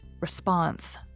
Response